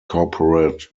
corporate